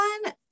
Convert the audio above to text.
one